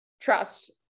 trust